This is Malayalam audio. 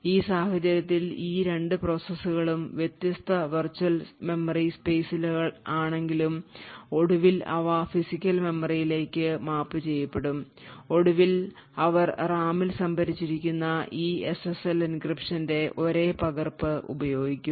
ഈ സാഹചര്യത്തിൽ ഈ 2 പ്രോസസ്സുകളും വ്യത്യസ്ത വെർച്വൽ മെമ്മറി സ്പെയ്സുകളിലാണെങ്കിലും ഒടുവിൽ അവ ഫിസിക്കൽ മെമ്മറിയിലേക്ക് മാപ്പുചെയ്യപ്പെടും ഒടുവിൽ അവർ റാമിൽ സംഭരിച്ചിരിക്കുന്ന ഈ SSL എൻക്രിപ്ഷന്റെ ഒരേ പകർപ്പ് ഉപയോഗിക്കും